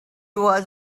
was